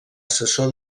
assessor